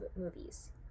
movies